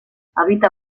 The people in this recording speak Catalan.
habita